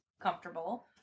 comfortable